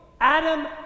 Adam